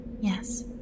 Yes